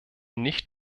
nicht